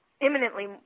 imminently